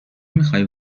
میخوای